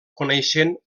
coneixent